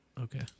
Okay